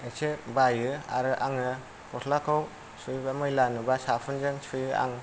एसे बायो आरो आङो गस्लाखौ सुयोबा मैला नुबा साबुनजों सुयो आं